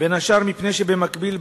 בין השאר מפני שבמקביל,